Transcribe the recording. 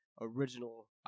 original